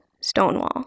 Stonewall